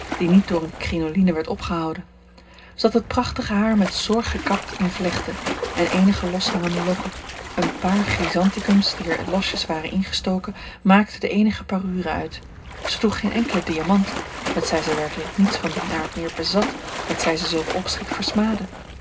die niet door eene crinoline werd opgehouden zij had het prachtige haar met zorg gekapt in vlechten en eenige loshangende lokken een paar grisanticums die er losjes waren ingestoken maakten de eenige parure uit zij droeg geen enkelen diamant hetzij zij werkelijk niets van dien aard meer bezat hetzij ze zulken opschik versmaadde